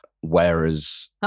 Whereas